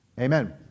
Amen